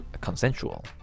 consensual